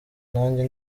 nanjye